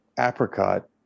apricot